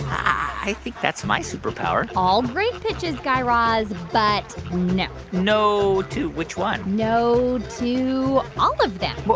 i think that's my superpower all great pitches, guy raz, but no no to which one? no to all of them.